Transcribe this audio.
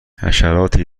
حشراتی